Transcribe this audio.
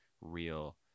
real